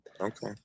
okay